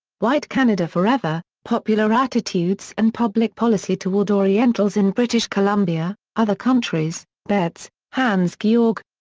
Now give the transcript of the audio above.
white canada forever popular attitudes and public policy toward orientals in british columbia other countries betz, hans-georg.